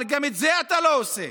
אבל גם את זה אתה לא עושה.